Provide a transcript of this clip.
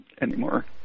anymore